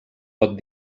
pot